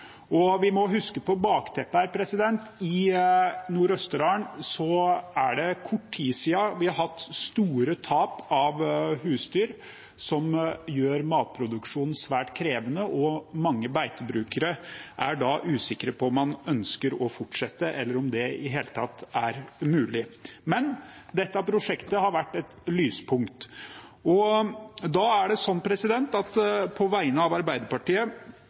Vi må huske på bakteppet her. I Nord-Østerdal har vi for kort tid siden hatt store tap av husdyr, noe som gjør matproduksjonen svært krevende, og mange beitebrukere er usikre på om de ønsker å fortsette, eller om det i det hele tatt er mulig. Men dette prosjektet har vært et lyspunkt. Og på vegne av Arbeiderpartiet vil jeg si at